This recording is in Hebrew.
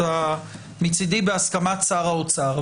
מצידי בהסכמת שר האוצר,